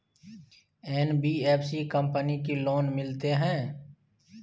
NBFC company की loan मिलते है?